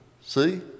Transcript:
See